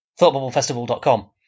ThoughtBubbleFestival.com